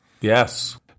yes